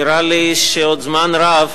נראה לי שעוד זמן רב